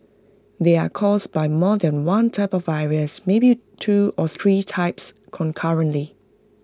they are caused by more than one type of virus maybe two or three types concurrently